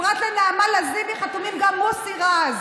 פרט לנעמה לזימי חתומים גם מוסי רז,